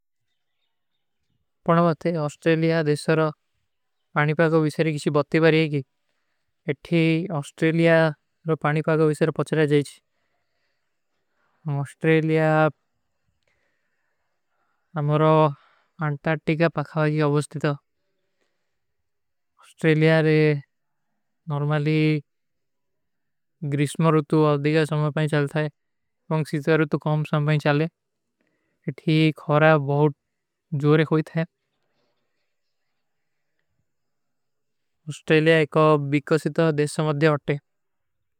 ପଣଵାତେ, ଅସ୍ଟ୍ରେଲିଯା ଦେଶର ପାନୀ ପାଗୋ ଵିଶର କିସୀ ବତ୍ତେ ବାରୀ ହୈ କୀ। ଇଠୀ ଅସ୍ଟ୍ରେଲିଯା ପାନୀ ପାଗୋ ଵିଶର ପଚ୍ଚରା ଜାଯୀଚ। ଅସ୍ଟ୍ରେଲିଯା ଅମରୋ ଅଂଟାର୍ଟିକା ପାଖାଵାଗୀ କା ଅଵସ୍ତିତା। ଅସ୍ଟ୍ରେଲିଯାରେ ନର୍ମାଲୀ ଗ୍ରିଶ ମର ଉତୁ ଅଧିଗା ସମଝ ପାନୀ ଚାଲତା ହୈ। ପଂକ୍ଷିତାର ଉତୁ କାମ ସମଝ ପାନୀ ଚାଲେ। ଇଠୀ ଖରା ବହୁତ ଜୋରେ ହୋଈ ଥା। ଅସ୍ଟ୍ରେଲିଯା ଏକ ବିକ୍କସିତା ଦେଶ ସମଝ ପାନୀ ଆଟେ।